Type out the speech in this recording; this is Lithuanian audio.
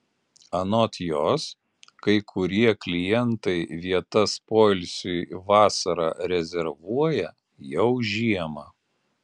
anot jos kai kurie klientai vietas poilsiui vasarą rezervuoja jau žiemą